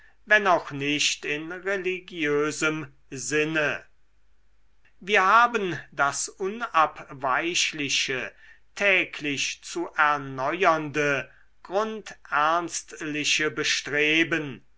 wenn auch nicht in religiosem sinne wir haben das unabweichliche täglich zu erneuernde grundernstliche bestreben